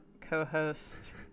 co-host